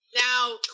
Now